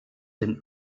den